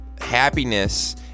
happiness